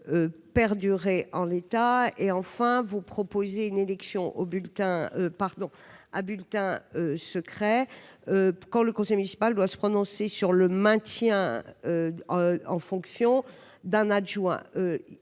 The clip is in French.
perdurer en l'état. Vous proposez une élection à bulletin secret quand le conseil municipal doit se prononcer sur le maintien en fonctions d'un adjoint.